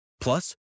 Plus